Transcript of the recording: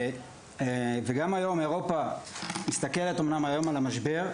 גם היום אירופה מסתכלת אמנם על המשבר,